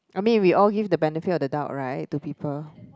I mean we all give the benefit of the doubt right to people